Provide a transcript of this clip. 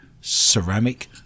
ceramic